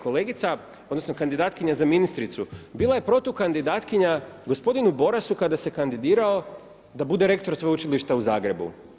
Kolegica, odnosno kandidatkinja za ministricu, bila je protukandidatkinja gospodinu Borasu kada se kandidirao da bude rektor sveučilišta u Zagrebu.